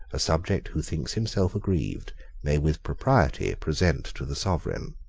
a subject who thinks himself aggrieved may with propriety present to the sovereign.